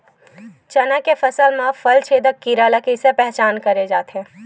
चना के फसल म फल छेदक कीरा ल कइसे पहचान करे जाथे?